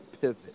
pivot